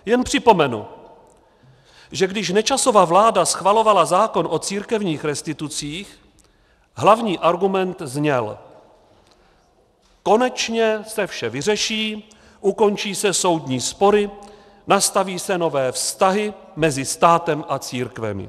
Jen připomenu, že když Nečasova vláda schvalovala zákon o církevních restitucích, hlavní argument zněl: konečně se vše vyřeší, ukončí se soudní spory, nastaví se nové vztahy mezi státem a církvemi.